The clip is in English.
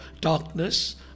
darkness